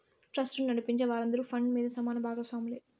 ట్రస్టును నడిపించే వారందరూ ఫండ్ మీద సమాన బాగస్వాములే